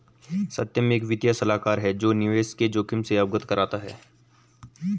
सत्यम एक वित्तीय सलाहकार है जो निवेश के जोखिम से अवगत कराता है